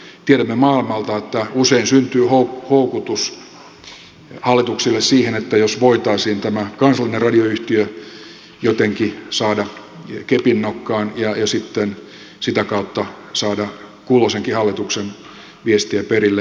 tiedämme maailmalta että usein syntyy houkutus hallituksille siihen että jos voitaisiin tämä kansallinen radioyhtiö jotenkin saada kepinnokkaan ja sitten sitä kautta saada kulloisenkin hallituksen viestiä perille